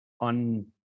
on